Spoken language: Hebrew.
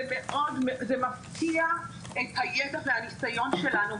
זה מפקיע את הידע והניסיון שלנו,